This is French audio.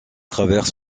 traverse